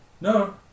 No